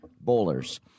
bowlers